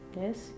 yes